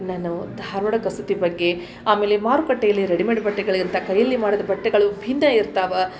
ನಾನು ಧಾರವಾಡ ಕಸೂತಿ ಬಗ್ಗೆ ಆಮೇಲೆ ಮಾರುಕಟ್ಟೆಯಲ್ಲಿ ರೆಡಿಮೇಡ್ ಬಟ್ಟೆಗಳಿಗಿಂತ ಕೈಯಲ್ಲಿ ಮಾಡಿದ ಬಟ್ಟೆಗಳು ಭಿನ್ನ ಇರ್ತಾವೆ